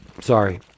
Sorry